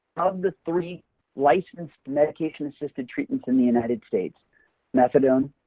of the three licensed medication-assisted treatments in the united states methadone,